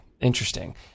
interesting